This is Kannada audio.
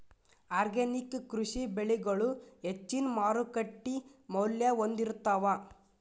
ಆರ್ಗ್ಯಾನಿಕ್ ಕೃಷಿ ಬೆಳಿಗಳು ಹೆಚ್ಚಿನ್ ಮಾರುಕಟ್ಟಿ ಮೌಲ್ಯ ಹೊಂದಿರುತ್ತಾವ